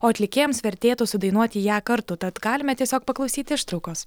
o atlikėjams vertėtų sudainuoti ją kartu tad galime tiesiog paklausyti ištraukos